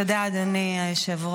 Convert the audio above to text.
תודה, אדוני היושב-ראש.